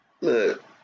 Look